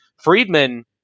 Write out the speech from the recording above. Friedman